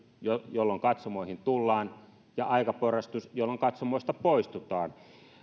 milloin katsomoihin tullaan ja aikaporrastus milloin katsomoista poistutaan